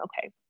okay